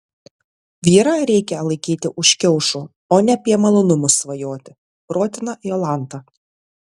vyrą reikia laikyti už kiaušų o ne apie malonumus svajoti protina jolanta